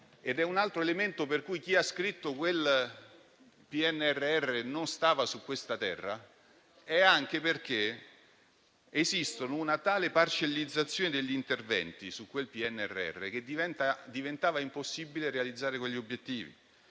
Un altro elemento per cui chi ha scritto quel PNRR non stava su questa terra sta anche nel fatto che esisteva una tale parcellizzazione degli interventi che diventava impossibile realizzare gli obiettivi.